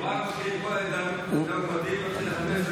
כבר מתחילים עם כל, גם בבתים, תתחיל לחפש.